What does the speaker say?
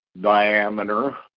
diameter